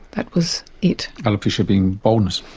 that was it. alopecia being baldness,